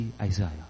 Isaiah